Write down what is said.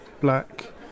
black